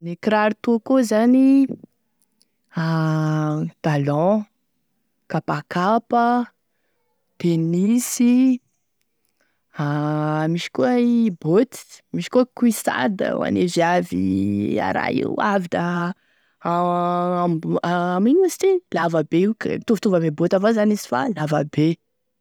Gne kiraro toa koa zany: talon, kapakapa, tenisy, misy koa boty, misy koa cuissardes ho ane viavy a raha io avy da amin'ino moa izy ty lava io, mitovitovy ame boty avao zany izy io fa lava be.